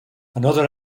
another